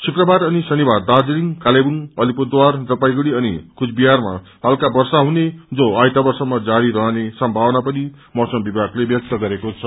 शुक्रबार अनि शनिवार दार्जीलिङ कालेबुङ अलिपुरद्वार जलपाईगुङी अनि कूचविद्वारमा इत्का वर्षा हुने जो आइतबार सम्म जारी रहने सम्मावना मौसम विभागले व्यक्त गरेको छ